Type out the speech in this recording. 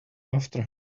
after